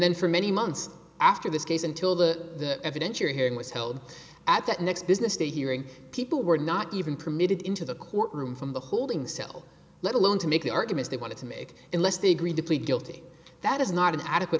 then for many months after this case until the evidentiary hearing was held at that next business day hearing people were not even permitted into the courtroom from the holding cell let alone to make the arguments they wanted to make unless they agreed to plead guilty that is not an adequate